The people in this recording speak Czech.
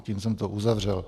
Tím jsem to uzavřel.